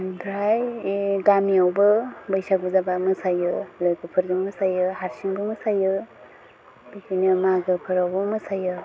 ओमफ्राय गामियावबो बैसागु जाबा मोसायो लोगोफोरजों मोसायो हारसिंबो मोसायो बिदिनो मागोफ्रावबो मोसायो